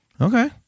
Okay